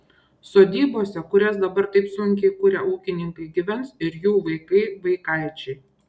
sodybose kurias dabar taip sunkiai kuria ūkininkai gyvens ir jų vaikai vaikaičiai